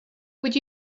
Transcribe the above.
would